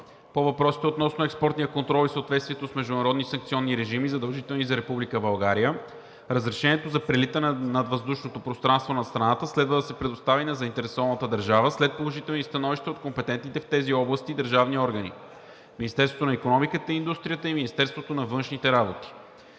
По въпросите относно експортния контрол и съответствието с международни санкционни режими, задължителни за Република България, разрешението за прелитане над въздушното пространство на страната следва да се предостави на заинтересованата държава след положителни становища от компетентните в тези области държавни органи – Министерството на икономиката и индустрията и Министерството на външните работи.